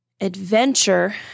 adventure